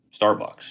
starbucks